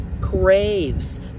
craves